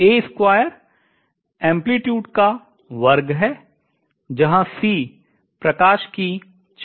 आयाम का वर्ग है जहां c प्रकाश की चाल है